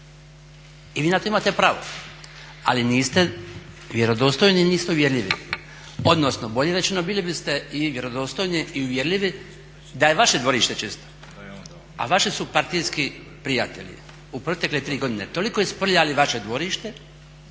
I vi na to imate pravo, ali niste vjerodostojni ni istovjerljivi, odnosno bolje rečeno bili biste i vjerodostojni i uvjerljivi da je vaše dvorište čisto. A vaši su partijski prijatelji u protekle tri godine toliko isprljali vaše dvorište